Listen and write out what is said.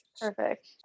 Perfect